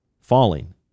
falling